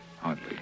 Hardly